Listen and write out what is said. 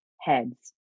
heads